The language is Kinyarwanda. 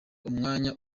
umwanya